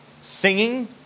singing